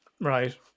Right